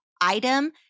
item